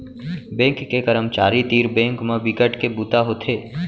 bank के करमचारी तीर बेंक म बिकट के बूता होथे